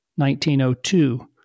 1902